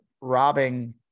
robbing